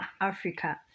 Africa